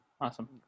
Awesome